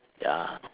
ya